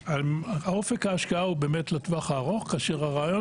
ואופק ההשקעה הוא באמת לטווח הארוך כאשר הרעיון